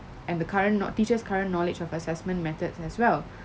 and the current kno~ teachers current knowledge of assessment methods as well